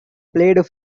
played